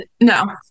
No